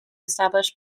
establish